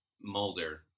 Mulder